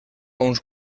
uns